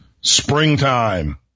springtime